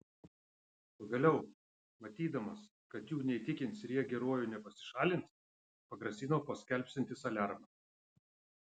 pagaliau matydamas kad jų neįtikins ir jie geruoju nepasišalins pagrasino paskelbsiantis aliarmą